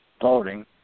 voting